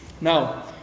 Now